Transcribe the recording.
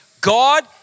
God